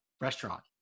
restaurant